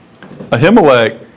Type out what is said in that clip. Ahimelech